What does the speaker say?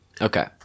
Okay